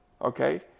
okay